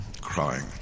crying